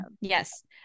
yes